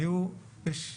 היו ויש תחושות,